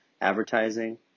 advertising